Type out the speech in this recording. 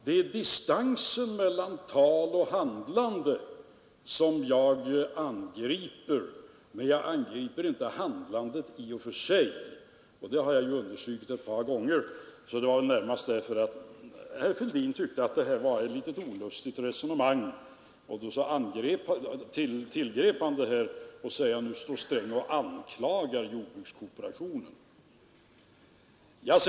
Det är distansen mellan tal och handlande som jag angriper, men jag angriper inte handlandet i och för sig. Det har jag också understrukit ett par gånger, och det var väl närmast därför att herr Fälldin tyckte att det här var ett olustigt resonemang som han tillgrep metoden att säga att nu står herr Sträng och anklagar jordbrukskooperationen.